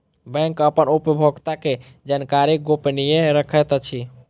bank अपन उपभोगता के जानकारी गोपनीय रखैत अछि